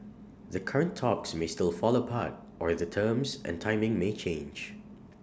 the current talks may still fall apart or the terms and timing may change